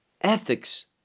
ethics